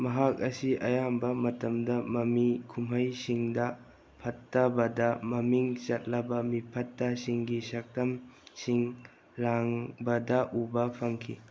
ꯃꯍꯥꯛ ꯑꯁꯤ ꯑꯌꯥꯝꯕ ꯃꯇꯝꯗ ꯃꯃꯤ ꯀꯨꯝꯍꯩꯁꯤꯡꯗ ꯐꯠꯇꯕꯗ ꯃꯃꯤꯡ ꯆꯠꯂꯕ ꯃꯤꯐꯠꯇꯁꯤꯡꯒꯤ ꯁꯛꯇꯝꯁꯤꯡ ꯂꯥꯡꯕꯗ ꯎꯕ ꯐꯪꯈꯤ